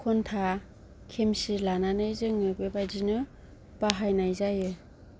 खन्था खेमसि लानानै जोङो बेबादिनो बाहायनाय जायो